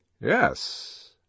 Yes